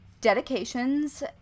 dedications